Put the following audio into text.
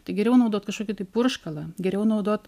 tai geriau naudot kažkokį tai purškalą geriau naudot